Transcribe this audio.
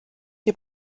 nie